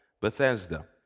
Bethesda